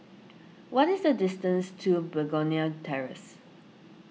what is the distance to Begonia Terrace